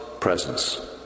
presence